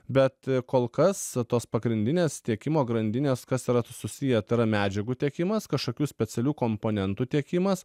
bet kol kas tos pagrindinės tiekimo grandinės kas yra susiję tai yra medžiagų tiekimas kažkokių specialių komponentų tiekimas